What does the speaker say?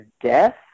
death